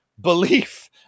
belief